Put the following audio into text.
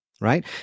Right